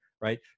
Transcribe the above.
right